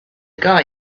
guy